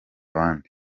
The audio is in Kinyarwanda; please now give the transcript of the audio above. abandi